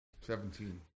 Seventeen